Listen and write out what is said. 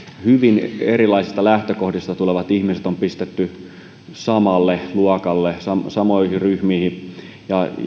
hyvin erilaisista lähtökohdista tulevat ihmiset on pistetty samalle luokalle samoihin ryhmiin